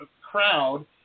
crowd